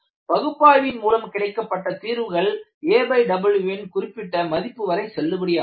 பகுப்பாய்வின் மூலம் கிடைக்கப்பட்ட தீர்வுகள் aw ன் குறிப்பிட்ட மதிப்பு வரை செல்லுபடியாகும்